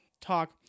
talk